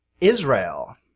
Israel